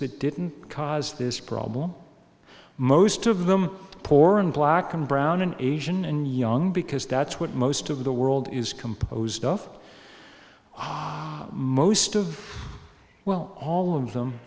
that didn't cause this problem most of them poor and black and brown an asian and young because that's what most of the world is composed of most of well all of them